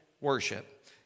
worship